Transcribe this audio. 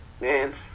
man